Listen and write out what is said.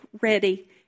ready